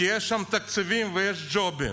כי יש שם תקציבים ויש ג'ובים.